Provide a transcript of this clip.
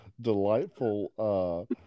delightful